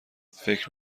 فکر